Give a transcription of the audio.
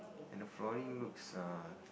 and the flooring looks err